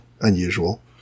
unusual